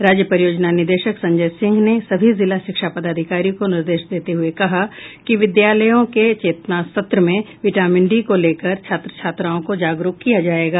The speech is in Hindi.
राज्य परियोजना निदेशक संजय सिंह ने सभी जिला शिक्षा पदाधिकारी को निर्देश देते हुए कहा कि विद्यालयों के चेतना सत्र में विटामिन डी को लेकर छात्र छात्राओं को जागरूक किया जायेगा